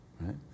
Right